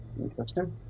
Interesting